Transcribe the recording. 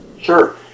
Sure